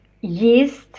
yeast